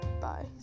bye